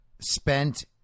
spent